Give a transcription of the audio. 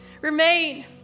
remain